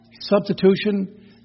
Substitution